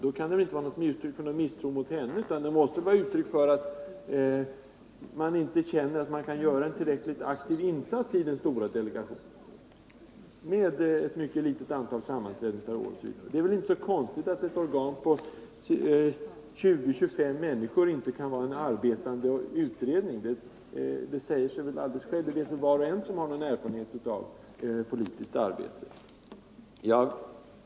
Det kan alltså inte vara något uttryck för misstro mot henne, utan är i stället ett uttryck för att man känner, att man inte kan göra en tillräckligt aktiv insats i den delegationen, som håller ett fåtal sammanträden per år osv. Det är väl inte konstigt att ett organ med 20-25 människor inte kan vara en bra arbetande utredning. Det vet var och en som har någon erfarenhet av politiskt arbete.